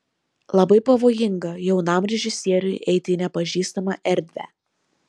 labai pavojinga jaunam režisieriui eiti į nepažįstamą erdvę